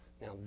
Now